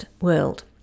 world